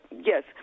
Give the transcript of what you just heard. yes